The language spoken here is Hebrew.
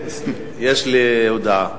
יש לי הודעה.